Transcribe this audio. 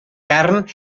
carn